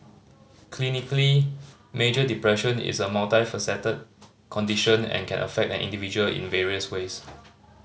clinically major depression is a multifaceted condition and can affect an individual in various ways